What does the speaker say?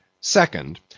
Second